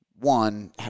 one